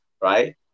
right